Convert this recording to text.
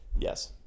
Yes